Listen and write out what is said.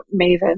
Maven